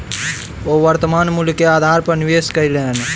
ओ वर्त्तमान मूल्य के आधार पर निवेश कयलैन